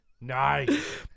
Nice